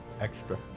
Extra